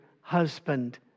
husband